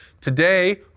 Today